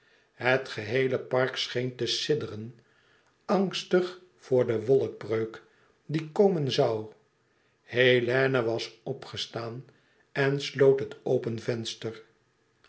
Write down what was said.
het geheele park scheen te sidderen angstig voor de wolkbreuk die komen zoû hélène was opgestaan en sloot het open venster